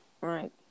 Right